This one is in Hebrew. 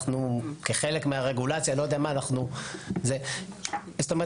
כחלק מהרגולציה אנחנו ---, בשבוע הבא.